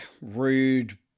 rude